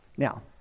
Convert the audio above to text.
Now